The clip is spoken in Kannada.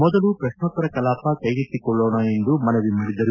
ಮೊದಲು ಪ್ರಶ್ನೋತ್ತರ ಕಲಾಪ ಕೈಗತ್ತಿಕೊಕ್ನೋಣ ಎಂದು ಮನವಿ ಮಾಡಿದರು